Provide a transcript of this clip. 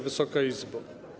Wysoka Izbo!